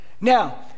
Now